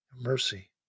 mercy